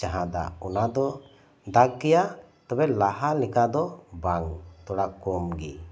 ᱡᱟᱦᱟᱸ ᱫᱟᱜ ᱚᱱᱟ ᱫᱚ ᱫᱟᱜ ᱜᱮᱭᱟ ᱛᱚᱵᱮ ᱞᱟᱦᱟ ᱞᱮᱠᱟ ᱫᱚ ᱵᱟᱝ ᱛᱷᱚᱲᱟ ᱠᱚᱢ ᱜᱮ